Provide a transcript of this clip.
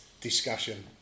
discussion